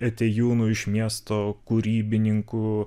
atėjūnų iš miesto kūrybininkų